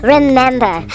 Remember